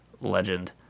legend